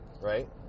right